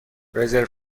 رزرو